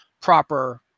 proper